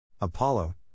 Apollo